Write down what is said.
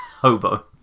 hobo